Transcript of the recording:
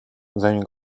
zanim